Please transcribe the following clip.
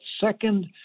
second